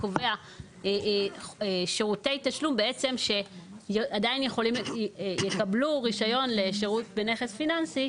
וקובע שירותי תשלום שעדיין יקבלו רישיון לשירות בנכס פיננסי,